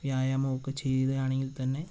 വ്യായാമം ഒക്കെ ചെയ്യുവാണെങ്കിൽ തന്നെ